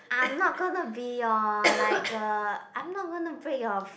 I am not gonna be your like a I am not gonna break your